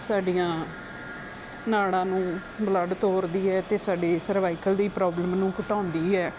ਸਾਡੀਆਂ ਨਾੜਾਂ ਨੂੰ ਬਲੱਡ ਤੋਰਦੀ ਹੈ ਅਤੇ ਸਾਡੀ ਸਰਵਾਈਕਲ ਦੀ ਪ੍ਰੋਬਲਮ ਨੂੰ ਘਟਾਉਂਦੀ ਹੈ